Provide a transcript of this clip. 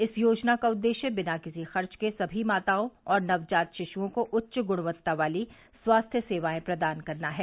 इस योजना का उद्देश्य बिना किसी खर्च के सभी माताओं और नवजात शियुओं को उच्च गुणवत्ता वाली स्वास्थ्य सेवाए प्रदान करना है